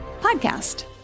podcast